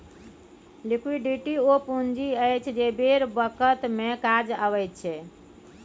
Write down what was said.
liquidity ओ पुंजी अछि जे बेर बखत मे काज अबैत छै